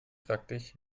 praktisch